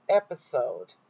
episode